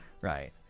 Right